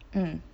mm